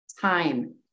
time